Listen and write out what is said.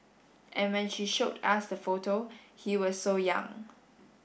and when she showed us the photo he was so young